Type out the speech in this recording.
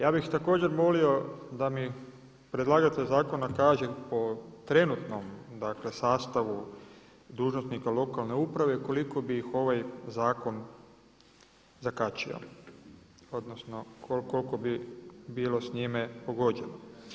Ja bih također molio da mi predlagatelj zakona kaže po trenutnom, dakle sastavu dužnosnika lokalne uprave koliko bi ih ovaj zakon zakačio, odnosno koliko bi bilo s njime pogođeno.